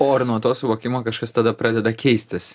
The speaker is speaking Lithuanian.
o ir nuo to suvokimo kažkas tada pradeda keistis